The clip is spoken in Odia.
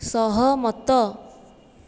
ସହମତ